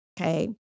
Okay